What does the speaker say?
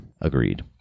agreed